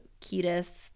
cutest